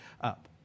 up